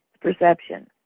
perception